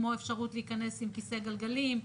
כמו אפשרות להיכנס עם כיסא גלגלים,